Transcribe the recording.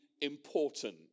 important